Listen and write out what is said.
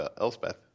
Elspeth